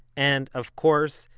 and of course,